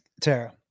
Tara